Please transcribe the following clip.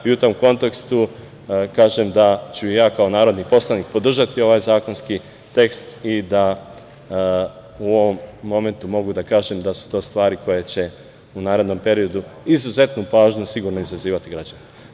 U tom kontekstu kažem da ću kao narodni poslanik podržati ovaj zakonski tekst i da u ovom momentu mogu da kažem da su to stvari koje će u narednom periodu izuzetnu pažnju sigurno izazivati kod građana.